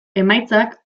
emaitzak